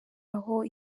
aho